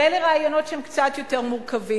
ואלה רעיונות שהם קצת יותר מורכבים,